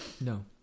No